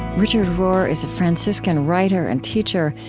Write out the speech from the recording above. richard rohr is a franciscan writer and teacher,